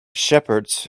shepherds